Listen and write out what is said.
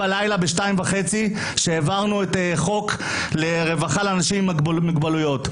ב-02:30 בלילה כשהעברנו חוק רווחה לאנשים עם מוגבלויות.